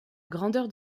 grandeur